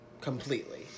Completely